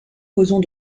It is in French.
causons